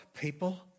people